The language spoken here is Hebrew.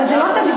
הרי זה לא תקדים.